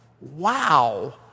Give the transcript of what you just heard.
Wow